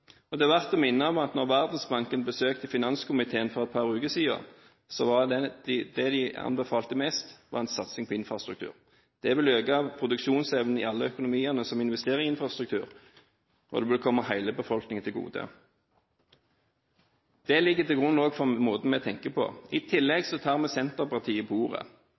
utlandet. Det er verdt å minne om at da Verdensbanken besøkte finanskomiteen for et par uker siden, var det de anbefalte mest, en satsing på infrastruktur. Det vil øke produksjonsevnen i alle økonomiene som investerer i infrastruktur, og det vil komme hele befolkningen til gode. Det ligger til grunn også for måten vi tenker på. I tillegg tar vi Senterpartiet på ordet.